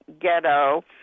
ghetto